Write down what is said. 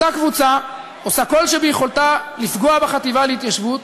אותה קבוצה עושה כל שביכולתה כדי לפגוע בחטיבה להתיישבות.